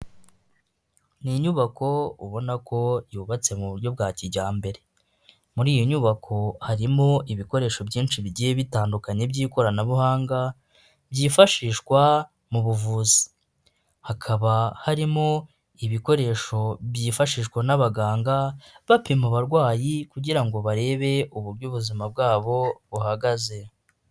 Ni inyubako ubona ko yubatse mu buryo bwa kijyambere. Muri iyo nyubako harimo ibikoresho byinshi bigiye bitandukanye by'ikoranabuhanga, byifashishwa mu buvuzi. Hakaba harimo ibikoresho byifashishwa n'abaganga, bapima abarwayi kugira ngo barebe uburyo ubuzima bwabo buhagaze.